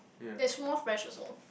is more fractious lor